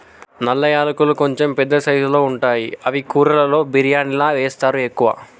నల్ల యాలకులు కొంచెం పెద్ద సైజుల్లో ఉంటాయి అవి కూరలలో బిర్యానిలా వేస్తరు ఎక్కువ